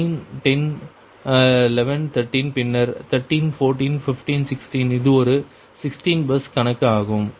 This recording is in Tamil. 9 10 11 13 பின்னர் 13 14 15 16 இது ஒரு 16 பஸ் கணக்கு ஆகும்